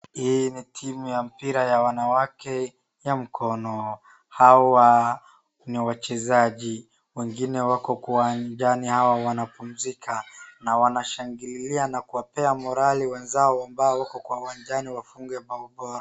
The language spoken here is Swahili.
Hii ni timu ya mpira ya wanawake ya mkono. Hawa ni wachezaji, wengine wako kwa uwanjani hawa wanapumzika na wanashangililia na kuwapea morale wenzao ambao wako kwa uwanjani wafuge bao bora.